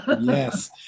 Yes